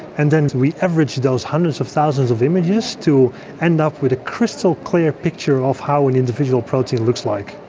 and then we average those hundreds of thousands of images to end up with a crystal clear picture of what an individual protein looks like.